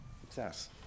Success